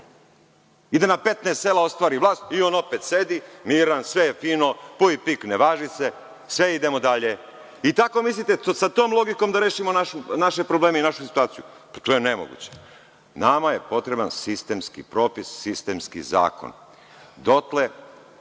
Da na 15 sela ostvari vlast i on opet sedi miran, sve je fino, puj pik ne važi se, sve idemo dalje. Tako mislite sa tom logikom da rešimo naše probleme i našu situaciju? Pa to je nemoguće. Nama je potreban sistemski propis, sistemski zakon.